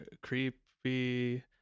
Creepy